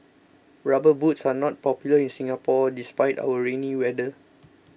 rubber boots are not popular in Singapore despite our rainy weather